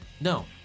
No